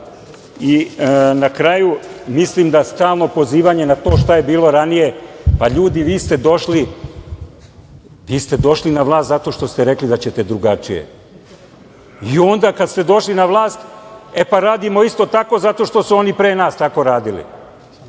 kraju, mislim da stalno pozivanje na to šta je bilo ranije… Pa, ljudi, vi ste došli na vlast zato što ste rekli da ćete drugačije i onda kada ste došli na vlast – pa, radimo isto tako zato što su oni pre nas tako radili.